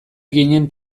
ginen